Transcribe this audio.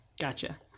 gotcha